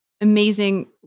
amazing